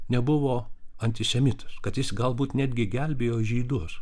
nebuvo antisemitas kad jis galbūt netgi gelbėjo žydus